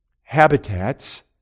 habitats